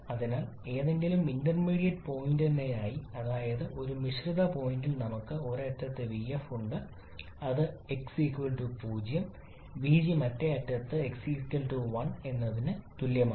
അതിനാൽ ഏതെങ്കിലും ഇന്റർമീഡിയറ്റ് പോയിന്റിനായി അതായത് ഒരു മിശ്രിത പോയിന്റിൽ നമുക്ക് 1 അറ്റത്ത് vf ഉണ്ട് അത് x 0 vg മറ്റേ അറ്റത്ത് x 1 എന്നതിന് തുല്യമാണ്